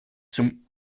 zum